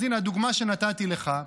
אז הינה הדוגמה שנתתי לך,